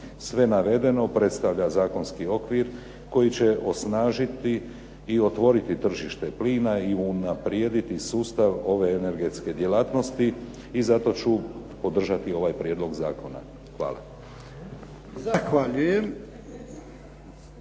Sve navedeno predstavlja zakonski okvir koji će osnažiti i otvoriti tržište plina i unaprijediti sustav ove energetske djelatnosti i zato ću podržati ovaj prijedlog zakona. Hvala.